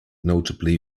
notably